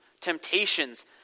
temptations